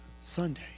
Sunday